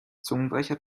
zungenbrecher